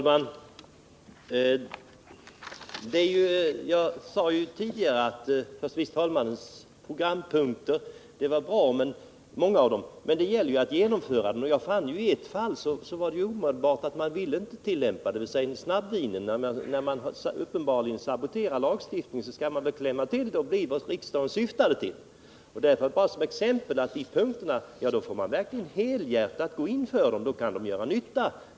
Herr talman! Jag sade tidigare att många av förste vice talmannens programpunkter var bra. Men det gäller att genomföra dem, och i ett fall var det ohållbart. Man ville inte tillämpa bestämmelserna. Det gällde snabbvinet. Men när någon uppenbarligen har saboterat lagstiftningen, skall man väl klämma till. Om man helhjärtat går in för dessa punkter kan de göra nytta.